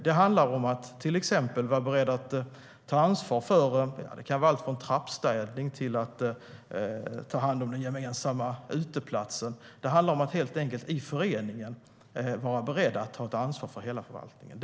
Det handlar om att till exempel vara beredd att ta ansvar för allt från trappstädning till att ta hand om den gemensamma uteplatsen. Man ska helt enkelt i föreningen vara beredd att ta ansvar för hela förvaltningen.